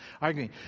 arguing